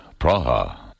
Praha